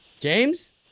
James